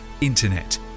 Internet